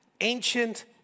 ancient